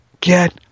get